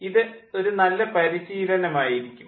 ഇത് ഒരു നല്ല പരിശീലനം ആയിരിക്കും